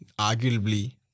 arguably